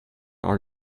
our